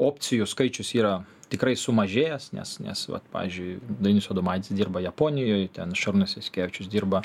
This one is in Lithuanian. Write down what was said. opcijų skaičius yra tikrai sumažėjęs nes nes vat pavyzdžiui dainius adomaitis dirba japonijoj ten šarūnas jasikevičius dirba